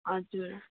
हजुर